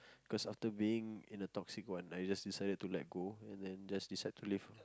cause after being in a toxic one I just decided to let go and then just decide to leave